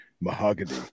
mahogany